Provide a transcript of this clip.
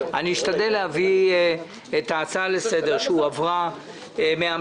אשתדל להביא את ההצעה לסדר שהועברה מן